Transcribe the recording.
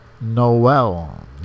Noel